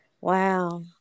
Wow